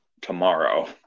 tomorrow